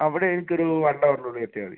അവിടെ എനിക്ക് ഒരു വൺ അവറിനുള്ളിൽ എത്തിയാൽ മതി